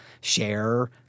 share